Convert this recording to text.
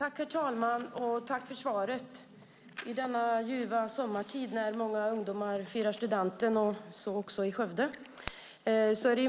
Herr talman! Jag tackar statsrådet för svaret. I denna ljuva sommartid firar många ungdomar studenten, så också i Skövde.